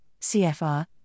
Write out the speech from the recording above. CFR